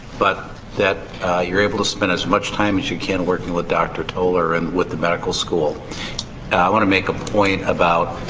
but that you're able to spend as much time as you can working with doctor tolar and with the medical school. i wanna make a point about,